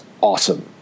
awesome